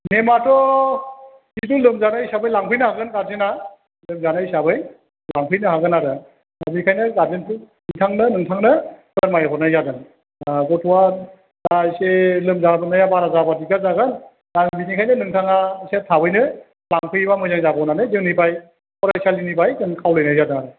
बेनाथ' बिदि लोमजानाय हिसाबै लांफैनो हागोन गारजेना लोमजानाय हिसाबै लांफैनो हागोन आरो दा बेनिखायनो गारजेनखौ बिथांनो नोंथांनो फोरमायहरनाय जादों गथ'आ दा एसे लोमजागुनाया बारा जाबा दिग्दार जागोन दा बेनिखायनो नोंथाङा एसे थाबैनो लांफैबा मोजां जागौ होननानै जोंनिफ्राय फरायसालिनिफ्राय जों खावलायनाय जादों आरो